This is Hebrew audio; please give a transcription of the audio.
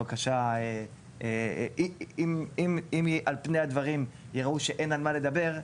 הבקשה, אם על פני הדברים ייראו שאין על מה לדבר,